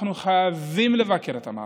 אנחנו חייבים לבקר את המערכת.